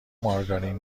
مارگارین